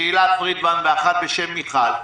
האחת בשם תהילה פרידמן והאחת בשם מיכל,